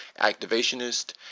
Activationist